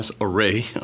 array